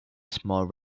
small